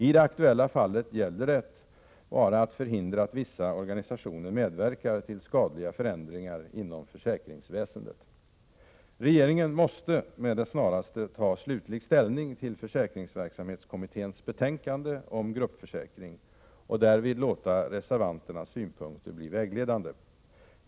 I det aktuella fallet gäller det bara att förhindra att vissa organisationer medverkar till skadliga förändringar inom försäkringsväsendet. Regeringen måste med det snaraste ta slutlig ställning till försäkringsverksamhetskommitténs betänkande om gruppförsäkring och därvid låta reservanternas synpunkter bli vägledande.